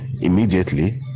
immediately